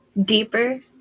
deeper